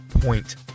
point